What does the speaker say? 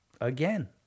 again